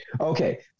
okay